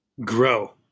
grow